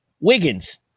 Wiggins